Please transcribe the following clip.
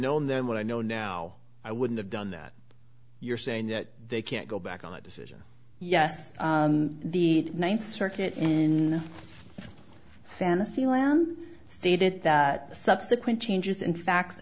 known then what i know now i wouldn't have done that you're saying that they can't go back on a decision yes the ninth circuit in fantasyland stated that subsequent changes in fact